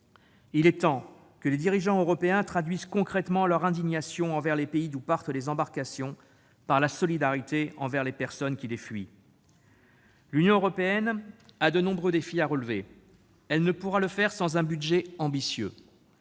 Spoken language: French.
Il est temps que les dirigeants européens traduisent concrètement leur indignation envers les pays d'où partent les embarcations par la solidarité envers les personnes qui les fuient. L'Union européenne a de nombreux défis à relever. Elle ne pourra le faire sans un budget ambitieux.